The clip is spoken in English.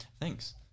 Thanks